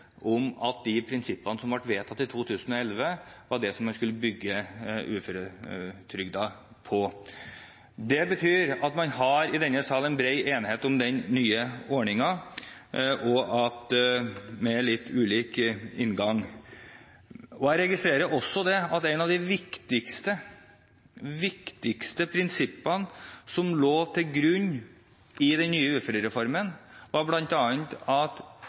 om at de prinsippene som ble vedtatt i 2011, var det man skulle bygge uføretrygden på. Det betyr at det i denne sal er bred enighet om den nye ordningen, med litt ulik inngang. Jeg registrerer også at et av de viktigste prinsippene som lå til grunn for den nye uførereformen, var at